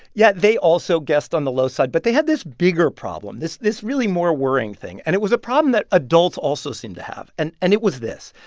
yeah, they also guessed on the low side. but they had this bigger problem, this, really, more worrying thing. and it was a problem that adults also seemed to have. and and it was this.